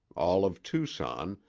all of tucson,